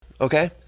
okay